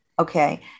Okay